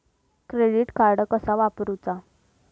Credit card कसा वापरूचा?